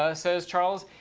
ah says charles.